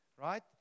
right